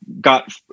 got